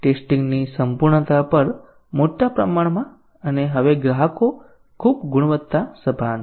testing ની સંપૂર્ણતા પર મોટા પ્રમાણમાં અને હવે ગ્રાહકો ખૂબ ગુણવત્તા સભાન છે